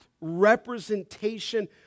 representation